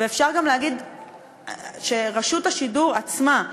ואפשר גם להגיד שרשות השידור עצמה,